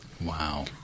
Wow